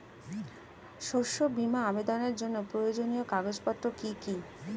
শস্য বীমা আবেদনের জন্য প্রয়োজনীয় কাগজপত্র কি কি?